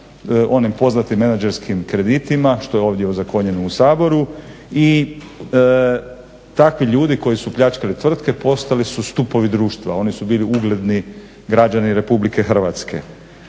onim poznatim menadžerskim kreditima što je ovdje ozakonjeno u Saboru i takvi ljudi koji su pljačkali tvrtke postali su stupovi društva, oni su bili ugledni građani RH. tvrtke